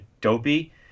dopey